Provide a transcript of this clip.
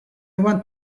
want